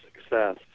success